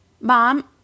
Mom